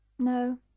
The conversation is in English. No